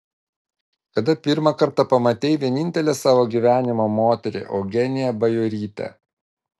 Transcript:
kada pirmą kartą pamatei vienintelę savo gyvenimo moterį eugeniją bajorytę